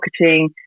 marketing